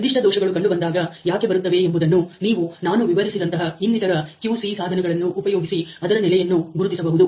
ನಿರ್ದಿಷ್ಟ ದೋಷಗಳು ಕಂಡುಬಂದಾಗ ಯಾಕೆ ಬರುತ್ತವೆ ಎಂಬುದನ್ನು ನೀವು ನಾನು ವಿವರಿಸಿದಂತಹ ಇನ್ನಿತರ QC ಸಾಧನಗಳನ್ನು ಉಪಯೋಗಿಸಿ ಅದರ ನೆಲೆಯನ್ನು ಗುರುತಿಸಬಹುದು